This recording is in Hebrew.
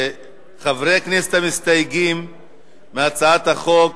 חברי הכנסת המסתייגים מהצעת החוק,